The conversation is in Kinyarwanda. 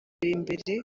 imbere